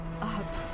up